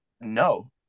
no